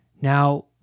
Now